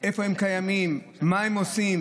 איפה הם קיימים, מה הם עושים.